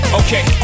okay